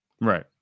Right